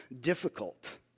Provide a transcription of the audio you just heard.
difficult